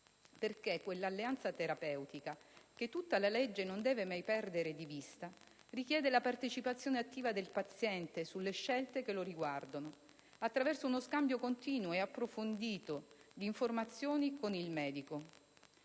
Perché quell'alleanza terapeutica, che tutta la legge non deve mai perdere di vista, richiede la partecipazione attiva del paziente sulle scelte che lo riguardano, attraverso uno scambio continuo ed approfondito di informazioni con il medico.